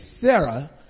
Sarah